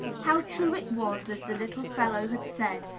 how true it was, as the little fellow had said,